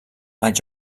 els